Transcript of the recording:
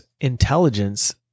intelligence